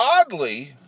oddly